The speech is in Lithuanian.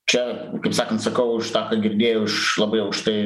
čia sakant sakau už tą ką girdėjau iš labai aukštai